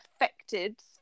affected